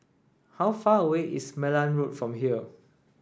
how far away is Malan Road from here